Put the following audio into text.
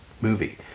movie